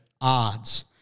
odds